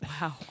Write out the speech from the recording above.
Wow